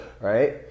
right